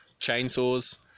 chainsaws